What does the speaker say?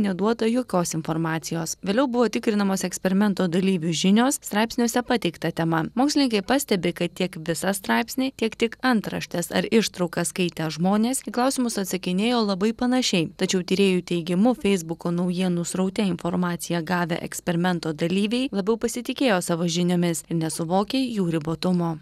neduota jokios informacijos vėliau buvo tikrinamos eksperimento dalyvių žinios straipsniuose pateikta tema mokslininkai pastebi kad tiek visą straipsnį tiek tik antraštes ar ištraukas skaitę žmonės į klausimus atsakinėjo labai panašiai tačiau tyrėjų teigimu feisbuko naujienų sraute informaciją gavę eksperimento dalyviai labiau pasitikėjo savo žiniomis ir nesuvokė jų ribotumo